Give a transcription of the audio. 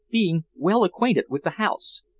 being well acquainted with the house.